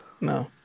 No